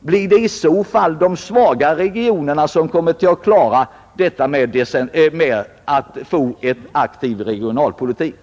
Blir det i så fall de svaga regionerna som kommer att klara en aktiv regionalpolitik?